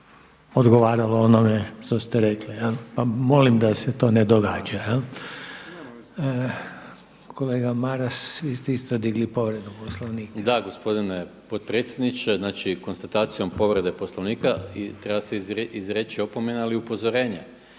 odgovaralo onome što ste rekli, pa molim da se to ne događa. Kolega Maras vi ste isto digli povredu Poslovnika. **Maras, Gordan (SDP)** Da, gospodine potpredsjedniče, znači konstatacijom povrede Poslovnika treba se izreći opomena ali i upozorenje.